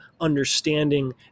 understanding